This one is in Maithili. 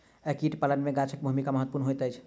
कीट पालन मे गाछक भूमिका महत्वपूर्ण होइत अछि